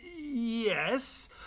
Yes